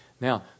Now